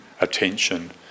attention